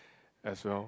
as well